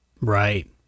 right